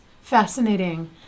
fascinating